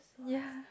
ya